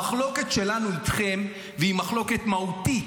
המחלוקת שלנו איתכם, והיא מחלוקת מהותית,